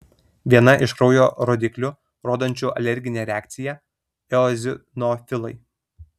viena iš kraujo rodiklių rodančių alerginę reakciją eozinofilai